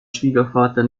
schwiegervater